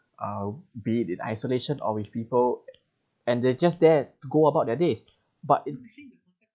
uh be it isolation or with people and they are just there to go about their days but it